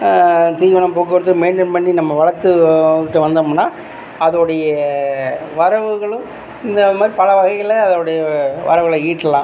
தீவனம் போக்குவரத்து மெயின்டென் பண்ணி நம்ம வளர்த்து விட்டு வந்தோம்னால் அதோடைய வரவுகளும் இந்தமாதிரி பலவகைகளில் அதோடைய வரவுகளை ஈட்டலாம்